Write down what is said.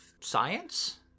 science